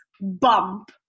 bump